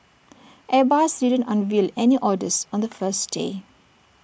airbus didn't unveil any orders on the first day